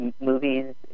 movies